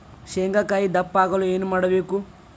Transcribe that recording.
ಶೇಂಗಾಕಾಯಿ ದಪ್ಪ ಆಗಲು ಏನು ಮಾಡಬೇಕು?